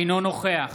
אינו נוכח